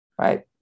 Right